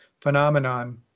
phenomenon